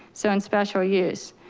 so in special use,